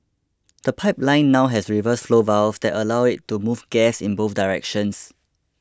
the pipeline now has reverse flow valves that allow it to move gas in both directions